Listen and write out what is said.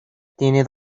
tiene